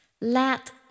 let